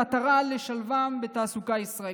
במטרה לשלבם בתעסוקה הישראלית.